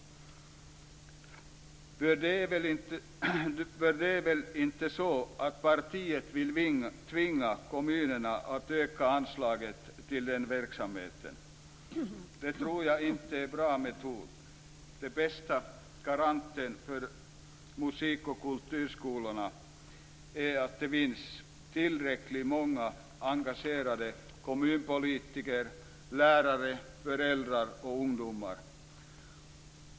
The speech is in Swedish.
För det är väl inte så att partiet vill tvinga kommunerna att öka anslagen till den verksamheten? Det tror jag inte är en bra metod. Den bästa garanten för musik och kulturskolorna är att det finns tillräckligt många engagerade kommunpolitiker, lärare, föräldrar och ungdomar.